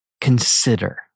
consider